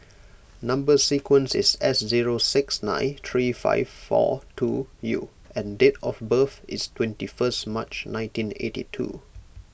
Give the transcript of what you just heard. Number Sequence is S zero six nine three five four two U and date of birth is twenty first March nineteen eighty two